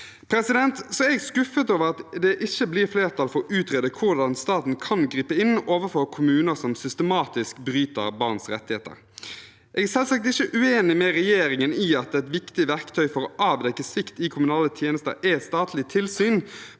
barnevern. Jeg er skuffet over at det ikke blir flertall for å utrede hvordan staten kan gripe inn overfor kommuner som systematisk bryter barns rettigheter. Jeg er selvsagt ikke uenig med regjeringen i at et viktig verktøy for å avdekke svikt i kommunale tjenester er statlig tilsyn,